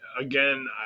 again